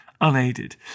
unaided